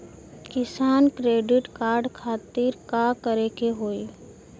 किसान credit card खातिर का करे के होई?